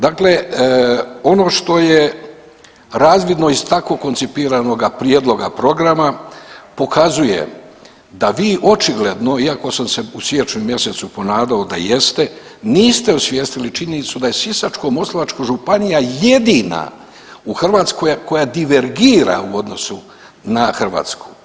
Dakle, ono što je razvidno iz tako koncipiranoga prijedloga programa pokazuje da vi očigledno iako sam se u siječnju mjesecu ponadao da jeste, niste osvijestili činjenicu da je Sisačko-moslavačka županija jedina u Hrvatskoj koja divergira u odnosu na Hrvatsku.